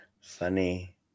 Funny